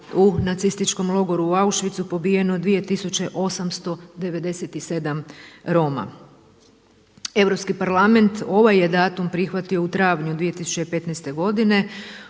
u nacističkom logoru u Auschwitzu pobijeno 2897 Roma. Europski parlament ovaj je datum prihvatio u travnju 2015. godine